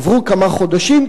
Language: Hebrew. עברו כמה חודשים,